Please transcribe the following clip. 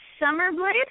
Summerblade